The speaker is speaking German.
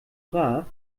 brav